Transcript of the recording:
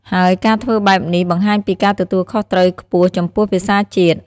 ហើយការធ្វើបែបនេះបង្ហាញពីការទទួលខុសត្រូវខ្ពស់ចំពោះភាសាជាតិ។